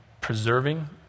preserving